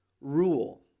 rule